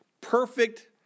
perfect